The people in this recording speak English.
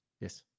Yes